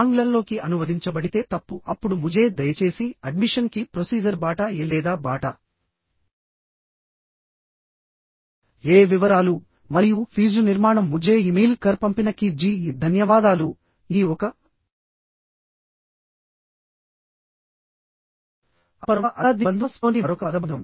ఆంగ్లంలోకి అనువదించబడితే తప్పు అప్పుడు ముజే దయచేసి అడ్మిషన్ కి ప్రొసీజర్ బాటా యే లేదా బాటా యే వివరాలు మరియు ఫీజు నిర్మాణం ముజే ఇమెయిల్ కర్ పంపిన కి జి ఇ ధన్యవాదాలు ఈ ఒక అప్పర్వా అల్లా ది బంద్వా స్ప్ లోని మరొక పదబంధం